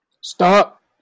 Stop